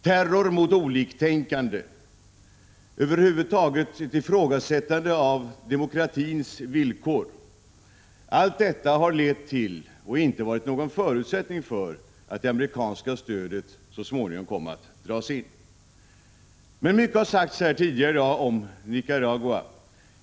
Terror mot 81 oliktänkande, över huvud taget ett ifrågasättande av demokratins villkor — allt detta harlett till och inte varit någon förutsättning för att det amerikanska stödet så småningom kom att dras in. Men mycket har sagts här tidigare i dag om Nicaragua.